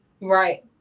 Right